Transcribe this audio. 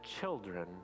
children